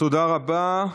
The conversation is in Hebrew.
תודה רבה.